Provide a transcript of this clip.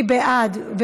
מי בעד?